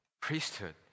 priesthood